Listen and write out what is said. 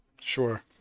Sure